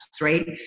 Right